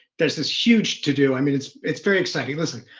there's this huge to do. i mean, it's it's very exciting. listen